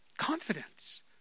confidence